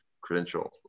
credential